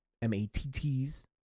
M-A-T-T's